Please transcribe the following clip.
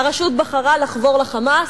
הרשות בחרה לחבור ל"חמאס",